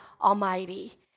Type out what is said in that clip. Almighty